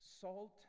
Salt